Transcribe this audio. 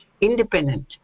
independent